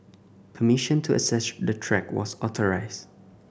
permission to access the track was authorised